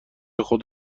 خود